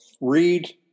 read